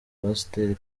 pasiteri